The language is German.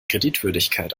kreditwürdigkeit